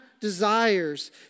desires